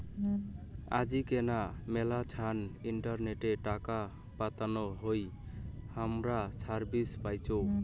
আজিকেনা মেলাছান ইন্টারনেটে টাকা পাতানো হই হামরা সার্ভিস পাইচুঙ